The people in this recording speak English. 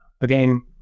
again